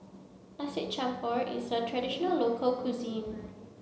Nasi Campur is a traditional local cuisine